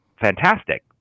Fantastic